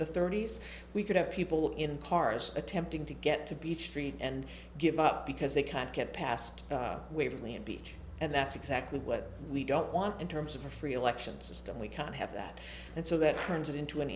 the thirty's we could have people in pars attempting to get to beach street and give up because they can't get past waverley and beach and that's exactly what we don't want in terms of a free election system we can't have that and so that turns it into an